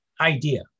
idea